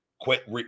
Quit